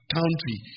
country